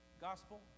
Gospel